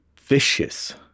vicious